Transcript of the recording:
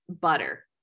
butter